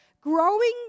growing